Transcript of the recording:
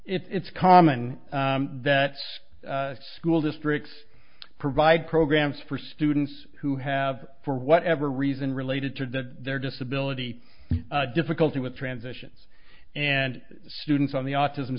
it's common that school districts provide programs for students who have for whatever reason related to that their disability difficulty with transitions and students on the autism